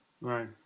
Right